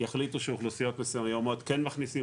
יחליטו שאוכלוסיות מסוימות כן מכניסים,